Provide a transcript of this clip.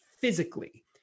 physically